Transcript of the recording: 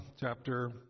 chapter